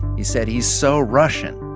he said, he's so russian.